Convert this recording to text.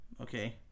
Okay